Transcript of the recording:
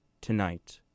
tonight